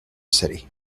city